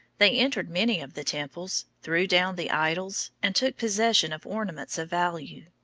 they entered many of the temples, threw down the idols, and took possession of ornaments of value.